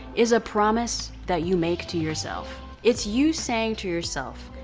is a promise that you make to yourself. it's you saying to yourself,